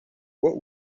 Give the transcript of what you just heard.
what